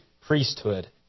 priesthood